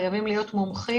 חייבים להיות מומחים,